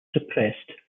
suppressed